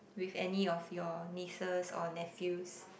with any of your nieces or nephews